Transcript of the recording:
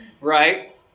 right